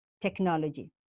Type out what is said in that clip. technology